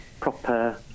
proper